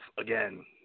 Again